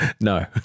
No